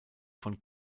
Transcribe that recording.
von